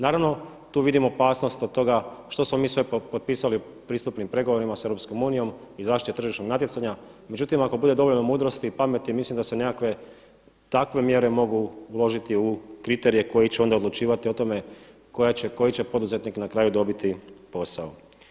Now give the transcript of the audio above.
Naravno tu vidim opasnost od toga što smo mi sve potpisali u pristupnim pregovorima s EU i zaštiti tržišnog natjecanja, međutim ako bude dovoljno mudrosti i pameti mislim da se nekakve takve mjere mogu uložiti u kriterije koji će onda odlučivati o tome koji će poduzetnik na kraju dobiti posao.